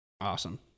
Awesome